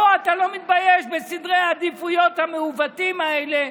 פה אתה לא מתבייש בסדרי העדיפויות המעוותים האלה.